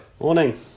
Morning